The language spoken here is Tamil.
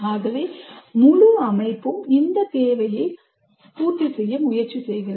ஆகவே முழு அமைப்பும் இந்த தேவையைப் பூர்த்தி செய்ய முயற்சி செய்கிறது